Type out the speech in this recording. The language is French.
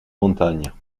montagnes